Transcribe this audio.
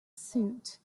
suite